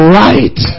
right